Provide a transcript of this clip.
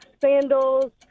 sandals